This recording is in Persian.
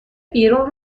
بیرون